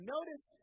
Notice